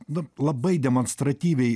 nu labai demonstratyviai